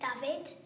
David